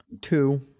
Two